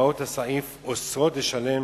הוראות הסעיף אוסרות לשלם